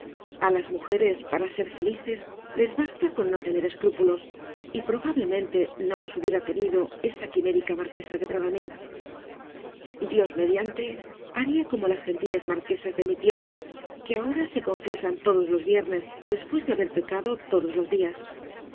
á las mujeres para ser felices les basta con no tener escrúpulos y probablemente no los hubiera tenido esa quimérica marquesa de bradomín dios mediante haría como las gentiles marquesas de mi tiempo que ahora se confiesan todos los viernes después de haber pecado todos los días por cierto que